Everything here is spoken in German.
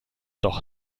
doch